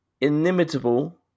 inimitable